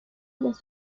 los